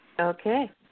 Okay